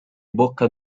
bocca